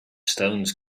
stones